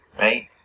right